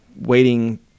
waiting